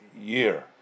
year